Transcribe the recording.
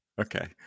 Okay